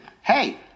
hey